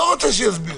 עזוב, לא רוצה שיסביר.